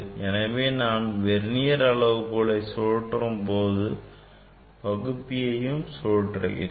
எனவே நான் இந்த வெர்னியர் அளவுகோலை சுழற்றும் போது பகுப்பியையும் சுழற்றுகிறேன்